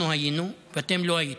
אנחנו היינו ואתם לא הייתם.